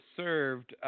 served